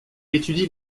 étudie